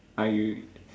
I